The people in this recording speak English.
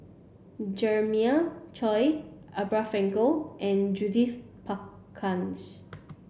Jeremiah Choy Abraham Frankel and Judith Prakash